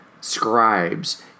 scribes